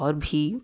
और भी